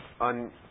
on